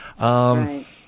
Right